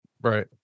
right